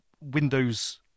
windows